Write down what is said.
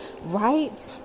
right